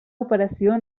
operació